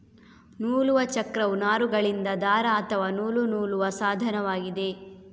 ನೂಲುವ ಚಕ್ರವು ನಾರುಗಳಿಂದ ದಾರ ಅಥವಾ ನೂಲು ನೂಲುವ ಸಾಧನವಾಗಿದೆ